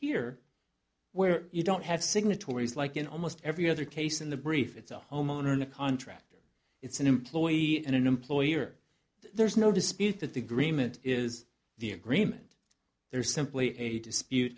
here where you don't have signatories like in almost every other case in the brief it's a homeowner in a contractor it's an employee and an employer there's no dispute that the agreement is the agreement there is simply a dispute